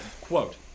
quote